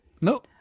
No